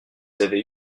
avez